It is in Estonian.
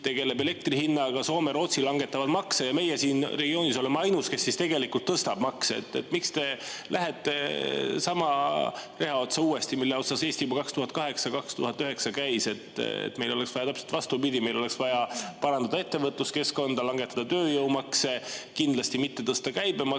tegeleb elektri hinnaga, Soome ja Rootsi langetavad makse. Meie siin regioonis oleme ainus, kes tegelikult tõstab makse. Miks te [astute] sama reha otsa uuesti, mille otsas Eesti juba 2008–2009 oli? Meil oleks vaja täpselt vastupidist, meil oleks vaja parandada ettevõtluskeskkonda, langetada tööjõumakse, kindlasti mitte tõsta käibemaksu,